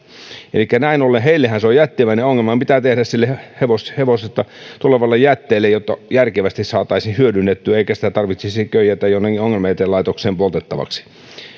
elikkä näin ollen heillehän se on jättimäinen ongelma mitä tehdä sille hevosesta tulevalle jätteelle jotta järkevästi saataisiin hyödynnettyä eikä sitä tarvitsisi köijätä jonnekin ongelmajätelaitokseen poltettavaksi